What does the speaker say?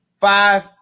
five